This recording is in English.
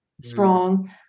strong